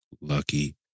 lucky